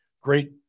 great